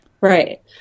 right